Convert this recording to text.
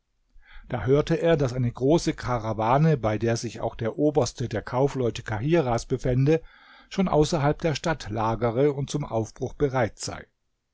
da hörte er daß eine große karawane bei der sich auch der oberste der kaufleute kahirahs befände schon außerhalb der stadt lagere und zum aufbruch bereit sei